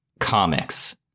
comics